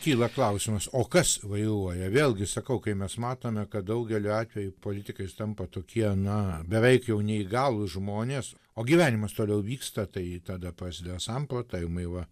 kyla klausimas o kas vairuoja vėlgi sakau kai mes matome kad daugeliu atvejų politikais tampa tokie na beveik jau neįgalūs žmonės o gyvenimas toliau vyksta tai tada prasideda samprotavimai va